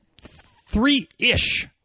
three-ish